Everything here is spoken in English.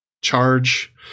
charge